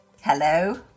Hello